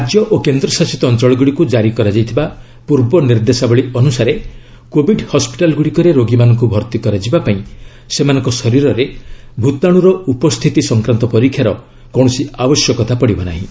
ରାଜ୍ୟ ଓ କେନ୍ଦ୍ରଶାସିତ ଅଞ୍ଚଳ ଗୁଡ଼ିକୁ ଜାରି କରାଯାଇଥିବା ପୂର୍ବ ନିର୍ଦ୍ଦେଶାବଳୀ ଅନୁସାରେ କୋବିଡ୍ ହସ୍କିଟାଲ ଗୁଡ଼ିକରେ ରୋଗୀମାନଙ୍କୁ ଭର୍ତ୍ତି କରାଯିବା ପାଇଁ ସେମାନଙ୍କ ଶରୀରରେ ଭୂତାଣୁର ଉପସ୍ଥିତି ସଂକ୍ରାନ୍ତ ପରୀକ୍ଷାର କୌଣସି ଆବଶ୍ୟକତା ପଡ଼ିବ ନାହିଁ